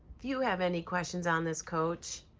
if you have any questions on this coach,